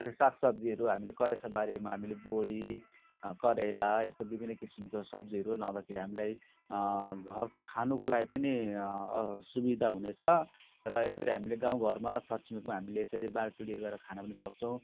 सागसब्जीहरू हामीले करेसो बारीमा हामीले बोडी करेला यस्तो विभिन्न किसिमको सब्जीहरू लगाउँदाखेरि हामीलाई घरको खानुको लागि पनि सुविधा हुनेछ र यसरी हामीले गाउँघरमा छरछिमेकमा हामीले यसरी बाँडीचुँडी गरेर खान पनि सक्छौँ